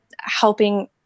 helping